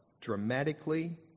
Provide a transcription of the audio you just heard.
dramatically